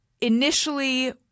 initially